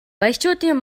баячуудын